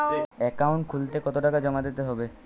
Account খুলতে কতো টাকা জমা দিতে হবে?